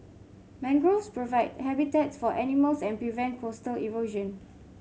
mangroves provide habitats for animals and prevent coastal erosion